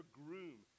groom